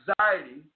anxiety